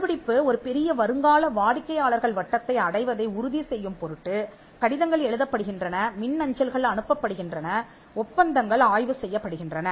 கண்டுபிடிப்பு ஒரு பெரிய வருங்கால வாடிக்கையாளர்கள் வட்டத்தை அடைவதை உறுதி செய்யும் பொருட்டு கடிதங்கள் எழுதப்படுகின்றன மின்னஞ்சல்கள் அனுப்பப்படுகின்றன ஒப்பந்தங்கள் ஆய்வு செய்யப்படுகின்றன